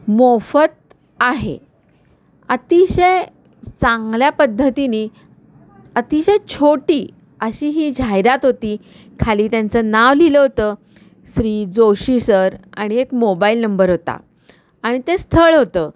मोफत आहे अतिशय चांगल्या पद्धतीनी अतिशय छोटी अशी ही जाहिरात होती खाली त्यांचं नाव लिहिलं होतं श्री जोशी सर आणि एक मोबाईल नंबर होता आणि ते स्थळ होतं